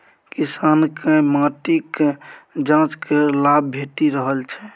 किसानकेँ माटिक जांच केर लाभ भेटि रहल छै